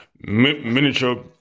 miniature